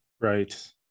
Right